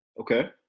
Okay